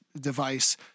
device